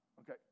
Okay